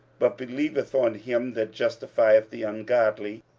but believeth on him that justifieth the ungodly,